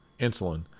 Insulin